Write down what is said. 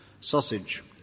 Sausage